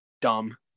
dumb